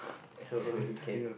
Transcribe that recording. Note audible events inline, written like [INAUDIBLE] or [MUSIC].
so [LAUGHS] we can